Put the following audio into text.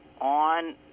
on